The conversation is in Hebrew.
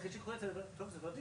עם פוטנציאל התדרדרות גבוה,